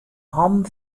hannen